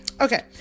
Okay